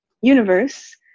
universe